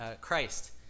christ